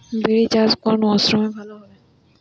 বিরি চাষ কোন মরশুমে ভালো হবে?